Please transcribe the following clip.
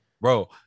bro